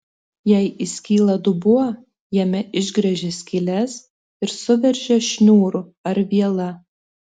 jei įskyla dubuo jame išgręžia skyles ir suveržia šniūru ar viela